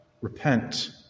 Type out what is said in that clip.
Repent